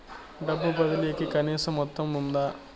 డబ్బు బదిలీ కి కనీస మొత్తం ఉందా?